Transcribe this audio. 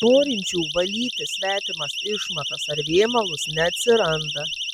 norinčių valyti svetimas išmatas ar vėmalus neatsiranda